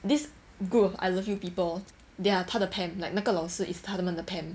this group of I love you people they're 他的 pam like 那个老师 is 他们的 pam